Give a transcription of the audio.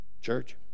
church